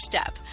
step